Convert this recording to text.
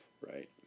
right